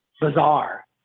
bizarre